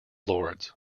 lords